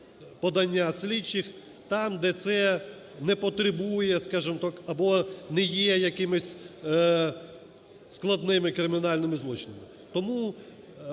подання слідчих, там, де це не потребує, скажем так, або не є якимись складними кримінальними злочинами.